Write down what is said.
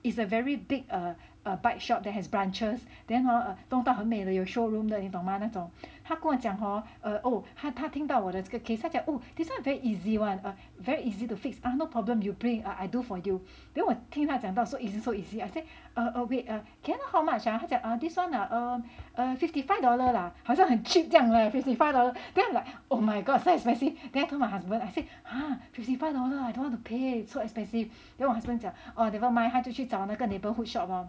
it's a very big err bike shop that has branches then hor err 弄到很美的有 showroom 的你懂嘛那种他跟我讲 hor err oh 他听到我的这个 case 他讲 oh this one very easy [one] err very easy to fix ah no problem you bring I do for you then 我听他讲到 so easy so easy I say uh uh wait can I know how much ah 他讲 err this one ah um err fifty five dollar lah 好像很 cheap 这样 fifty five dollar then like oh my god so expensive then I told my husband I say !huh! fifty five dollar I don't want to pay so expensive then 我 husband 讲 oh never mind 他就去找那个 neighbourhood shop lor